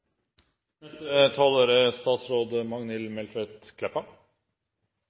Neste taler er